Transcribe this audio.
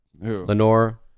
Lenore